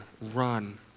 Run